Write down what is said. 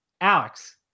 Alex